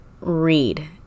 read